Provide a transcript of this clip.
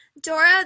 Dora